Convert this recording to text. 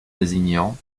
désignant